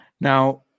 Now